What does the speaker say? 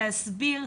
להסביר,